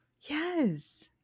Yes